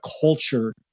culture